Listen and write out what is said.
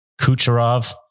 Kucherov